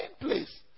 place